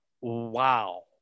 wow